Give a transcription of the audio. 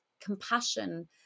compassion